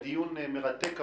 הדיון מרתק.